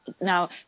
Now